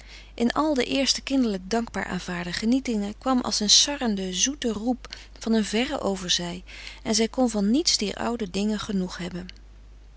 in al de eerst kinderlijk dankbaar frederik van eeden van de koele meren des doods aanvaarde genietingen kwam als een sarrende zoete roep van een verre overzij en zij kon van niets dier oude dingen genoeg hebben